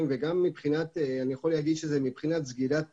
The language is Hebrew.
ואני יכול לומר שמבחינת סגירת תיקים,